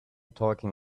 talking